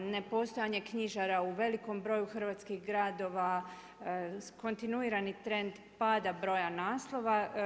Nepostojanje knjižara u velikom broju hrvatskih gradova, kontinuirani trend pada broja naslova.